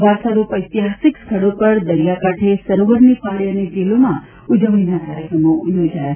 વારસારૂપ એતિહાસિક સ્થળો પર દરિયા કાંઠે સરોવરની પાળે અને જેલોમાં પણ ઉજવણીના કાર્યક્રમો યોજાયા છે